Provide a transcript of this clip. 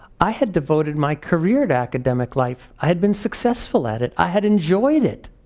i had devoted my career to academic life. i had been successful at it. i had enjoyed it.